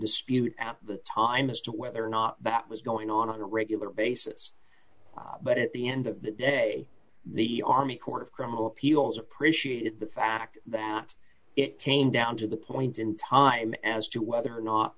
dispute at the time as to whether or not that was going on on a regular basis but at the end of the day the army court of criminal appeals appreciated the fact that it came down to the point in time as to whether or not